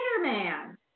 Spider-Man